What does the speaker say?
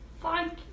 Thank